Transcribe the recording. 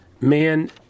man